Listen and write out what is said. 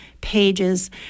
pages